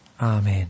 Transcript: Amen